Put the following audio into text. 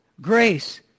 grace